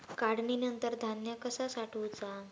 काढणीनंतर धान्य कसा साठवुचा?